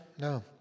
No